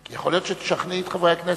כי יכול להיות שתשכנעי את חברי הכנסת.